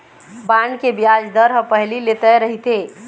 bond के बियाज दर ह पहिली ले तय रहिथे